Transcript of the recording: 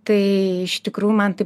tai iš tikrųjų man taip